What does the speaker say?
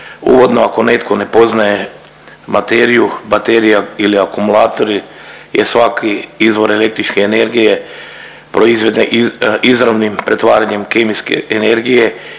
Uvodno, ako netko ne poznaje materiju, baterija ili akumulatori je svaki izvor električne energije proizveden izravnim pretvaranjem kemijske energije